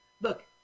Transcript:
Look